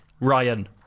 Ryan